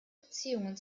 beziehungen